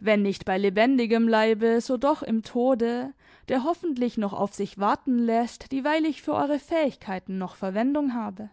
wenn nicht bei lebendigem leibe so doch im tode der hoffentlich noch auf sich warten läßt dieweil ich für eure fähigkeiten noch verwendung habe